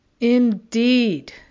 Indeed